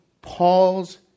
Paul's